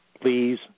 please